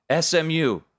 SMU